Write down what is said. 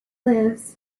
lives